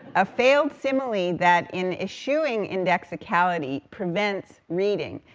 a failed simile that, in eschewing indexicality, prevents reading,